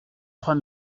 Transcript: trois